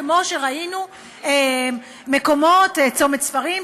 כמו שראינו מקומות כמו "צומת ספרים",